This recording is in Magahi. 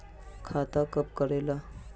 खाता कब करेला?